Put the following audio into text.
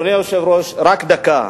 אדוני היושב-ראש, רק דקה.